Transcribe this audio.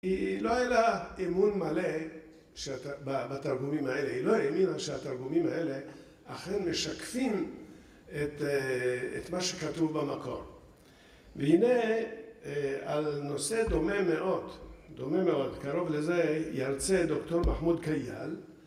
היא לא הייתה אמון מלא בתרגומים האלה, היא לא האמינה שהתרגומים האלה אכן משקפים את מה שכתוב במקור. והנה על נושא דומה מאוד, דומה מאוד, קרוב לזה ירצה דוקטור מחמוד קייל.